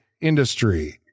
industry